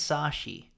Sashi